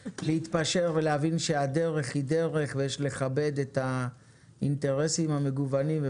ולהבין שהדרך היא דרך ויש לכבד את האינטרסים המגוונים.